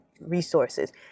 resources